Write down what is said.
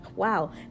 wow